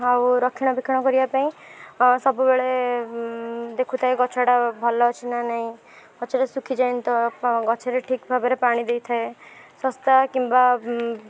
ଆଉ ରକ୍ଷଣାବେକ୍ଷଣ କରିବା ପାଇଁ ସବୁବେଳେ ଦେଖୁଥାଏ ଗଛଟା ଭଲ ଅଛି ନା ନାଇଁ ଗଛଟା ଶୁଖିଯାଇନି ତ ଗଛରେ ଠିକ୍ ଭାବରେ ପାଣି ଦେଇଥାଏ ଶସ୍ତା କିମ୍ବା